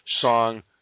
song